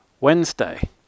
Wednesday